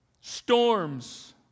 storms